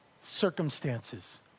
Circumstances